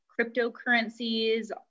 cryptocurrencies